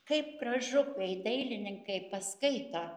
kaip gražu kai dailininkai paskaito